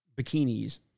bikinis